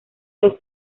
los